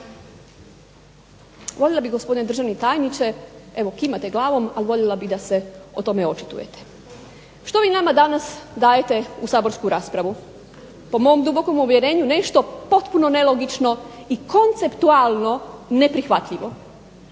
Voljela bih gospodine državni tajniče, evo kimate glavom, ali voljela bih da se o tome očitujete. Što vi nama danas dajete u saborsku raspravu? Po mom dubokom uvjerenju nešto potpuno nelogično i konceptualno neprihvatljivo.